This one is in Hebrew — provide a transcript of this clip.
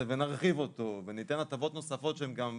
ונרחיב אותו וניתן הטבות נוספות שהן גם,